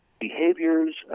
behaviors